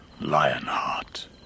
Lionheart